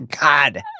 God